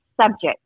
subject